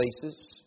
places